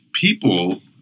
people